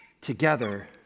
together